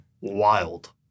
Wild